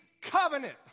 covenant